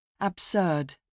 Absurd